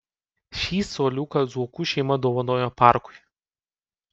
ši suoliuką zuokų šeima dovanojo parkui